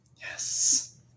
Yes